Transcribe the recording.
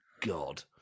god